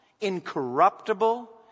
incorruptible